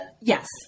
yes